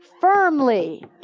firmly